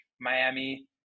Miami